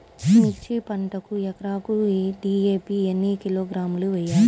మిర్చి పంటకు ఎకరాకు డీ.ఏ.పీ ఎన్ని కిలోగ్రాములు వేయాలి?